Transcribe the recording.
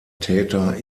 täter